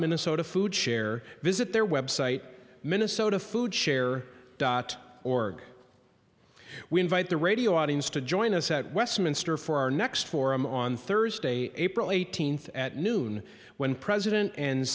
minnesota food share visit their website minnesota food share dot org we invite the radio audience to join us at westminster for our next forum on thursday april eighteenth at noon when president and